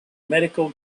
medical